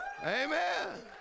Amen